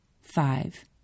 Five